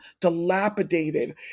dilapidated